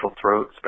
throat